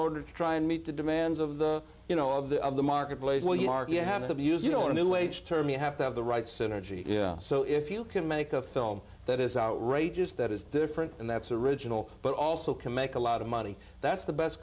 order to try and meet the demands of the you know of the of the marketplace where you are you have to use you know a new age term you have to have the right synergy so if you can make a film that is outrageous that is different and that's original but also can make a lot of money that's the best